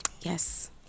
Yes